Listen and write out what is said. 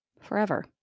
forever